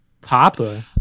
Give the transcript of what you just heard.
papa